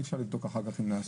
אי אפשר לבדוק אחר כך אם נעשים,